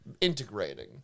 integrating